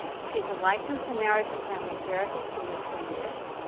she's a licensed and marriage and family therapists in encinitas,